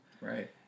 Right